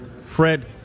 Fred